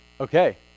Okay